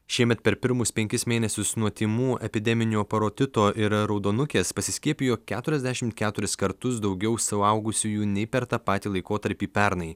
šiemet per pirmus penkis mėnesius nuo tymų epideminio parotito ir raudonukės pasiskiepijo keturiasdešim keturis kartus daugiau suaugusiųjų nei per tą patį laikotarpį pernai